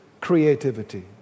creativity